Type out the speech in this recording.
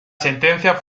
sentencia